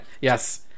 Yes